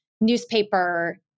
newspaper